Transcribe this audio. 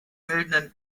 bildenden